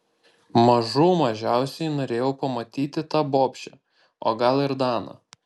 mažų mažiausiai norėjau pamatyti tą bobšę o gal ir daną